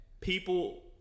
people